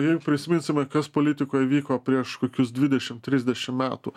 jei prisiminsime kas politikoj vyko prieš kokius dvidešim trisdešim metų